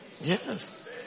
Yes